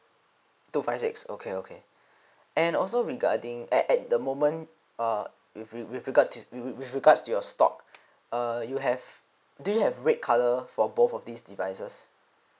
two five six okay okay and also regarding at at the moment err with re with regards to with with with regards to your stock err you have do you have red colour for both of these devices